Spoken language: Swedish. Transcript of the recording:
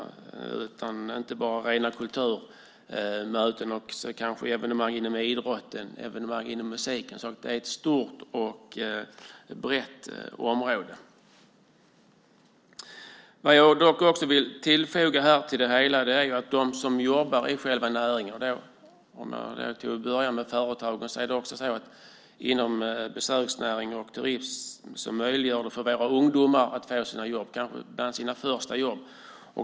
Det är inte bara rena kulturevenemang. Det kan vara evenemang inom idrott och musik. Det är ett stort och brett område. Jag vill också tillfoga att företagen inom besöksnäring och turism gör det möjligt för ungdomar att få jobb - kanske sina första jobb.